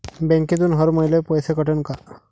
बँकेतून हर महिन्याले पैसा कटन का?